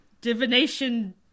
divination